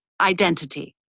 identity